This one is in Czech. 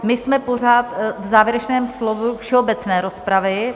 My jsme pořád v závěrečném slovu všeobecné rozpravy.